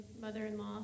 mother-in-law